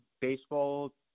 baseball